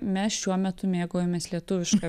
mes šiuo metu mėgaujamės lietuviška